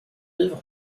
vivre